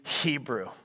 Hebrew